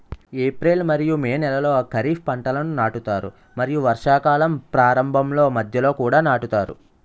April మరియు May నెలలో ఖరీఫ్ పంటలను నాటుతారు మరియు వర్షాకాలం ప్రారంభంలో మధ్యలో కూడా నాటుతారు